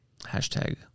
Hashtag